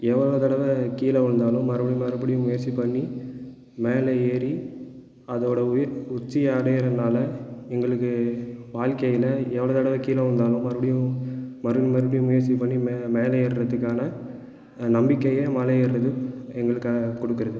எவ்வளோ தடவை கீழே விழுந்தாலும் மறுபடி மறுபடியும் முயற்சி பண்ணி மேலே ஏறி அதோடய உயிர் உச்சியை அடைகிறனாள எங்களுக்கு வாழ்க்கையில் எவ்வளோ தடவை கீழே விழுந்தாலும் மறுபடியும் மறுபடி மறுபடியும் முயற்சி பண்ணி மேலே ஏர்றதுக்கான நம்பிக்கையை மலை ஏறுகிறது எங்களுக்காக கொடுக்கிறது